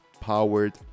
powered